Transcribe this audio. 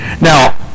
Now